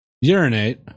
Urinate